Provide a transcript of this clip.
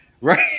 right